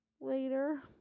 later